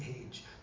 age